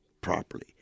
properly